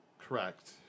correct